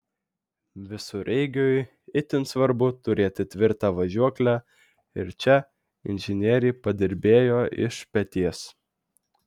visureigiui itin svarbu turėti tvirtą važiuoklę ir čia inžinieriai padirbėjo iš peties